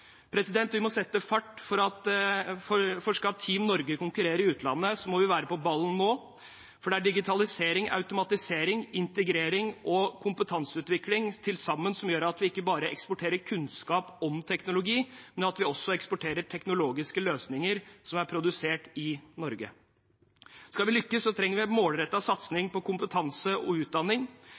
Vi må sette fart, for skal «Team Norge» konkurrere i utlandet, må vi være på ballen nå. Det er digitalisering, automatisering, integrering og kompetanseutvikling som til sammen gjør at vi ikke bare eksporterer kunnskap om teknologi, men at vi også eksporterer teknologiske løsninger som er produsert i Norge. Skal vi lykkes, trenger vi en målrettet satsing på kompetanse og utdanning.